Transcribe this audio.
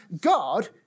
God